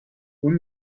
اون